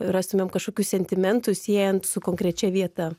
rastumėm kažkokių sentimentų siejant su konkrečia vieta